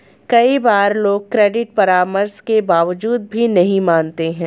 कई बार लोग क्रेडिट परामर्श के बावजूद भी नहीं मानते हैं